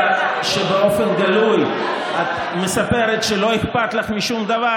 שבאופן גלוי את מספרת שלא אכפת לך משום דבר.